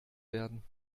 werden